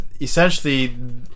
essentially